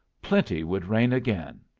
plenty would reign again.